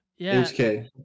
HK